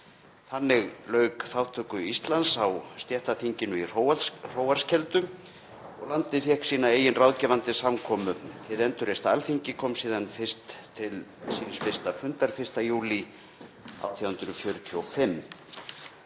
Þannig lauk þátttöku Íslands í stéttarþinginu í Hróarskeldu og landið fékk sína eigin ráðgefandi samkomu. Hið endurreista Alþingi kom saman til fyrsta fundar 1. júlí 1845.